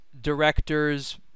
directors